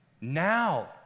now